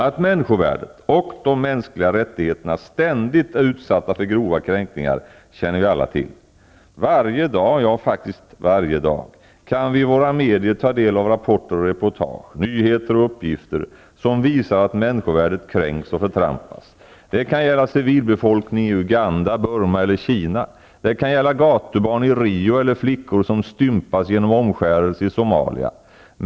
Att människovärdet och de mänskliga rättigheterna ständigt är utsatta för grova kränkningar känner vi alla till. Varje dag, ja, faktiskt varje dag, kan vi i våra medier ta del av rapporter och reportage, nyheter och uppgifter som visar att människovärdet kränks och förtrampas. Det kan gälla civilbefolkningen i Uganda, Burma eller Kina. Det kan gälla gatubarn i Rio eller flickor som stympas genom omskärelse i Somalia.